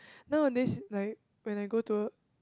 nowadays like when I go to a